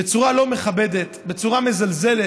בצורה לא מכבדת, בצורה מזלזלת.